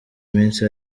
minsi